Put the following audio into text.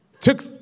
took